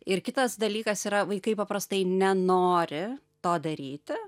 ir kitas dalykas yra vaikai paprastai nenori to daryti